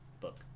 book